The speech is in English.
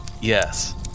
Yes